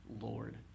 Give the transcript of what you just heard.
Lord